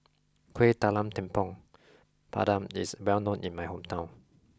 kueh talam tepong pandan is well known in my hometown